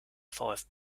vfb